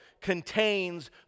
contains